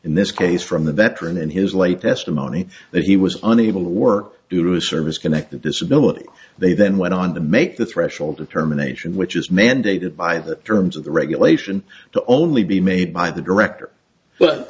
in this case from the veteran in his late testimony that he was unable to work due to a service connected disability they then went on to make the threshold determination which is mandated by the terms of the regulation to only be made by the director but